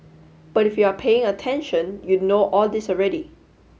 but if you are paying attention you'd know all this already